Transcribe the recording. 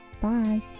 Bye